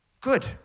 good